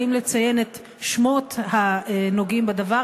אם לציין את שמות הנוגעים בדבר,